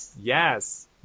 Yes